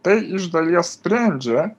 tai iš dalies sprendžia